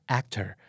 actor